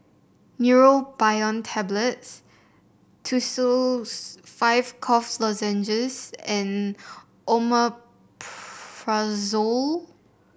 Neurobion Tablets Tussils five Cough Lozenges and Omeprazole